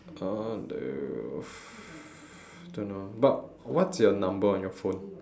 I wanna leave don't know but what's your number on your phone